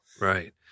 Right